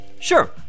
sure